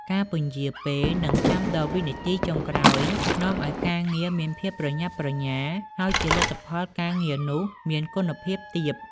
ការពន្យារពេល និងចាំំដល់វិនាទីចុងក្រោយនាំឱ្យការងារមានភាពប្រញាប់ប្រញាល់ ហើយជាលទ្ធផលការងារនោះមានគុណភាពទាប។